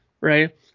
right